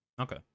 Okay